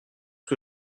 que